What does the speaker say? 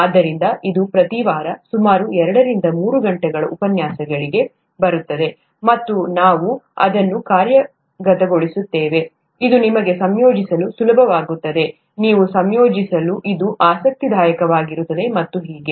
ಆದ್ದರಿಂದ ಇದು ಪ್ರತಿ ವಾರ ಸುಮಾರು ಎರಡರಿಂದ ಮೂರು ಗಂಟೆಗಳ ಉಪನ್ಯಾಸಗಳಿಗೆ ಬರುತ್ತದೆ ಮತ್ತು ನಾವು ಅದನ್ನು ಕಾರ್ಯಗತಗೊಳಿಸುತ್ತೇವೆ ಅದು ನಿಮಗೆ ಸಂಯೋಜಿಸಲು ಸುಲಭವಾಗುತ್ತದೆ ನೀವು ಸಂಯೋಜಿಸಲು ಇದು ಆಸಕ್ತಿದಾಯಕವಾಗಿರುತ್ತದೆ ಮತ್ತು ಹೀಗೆ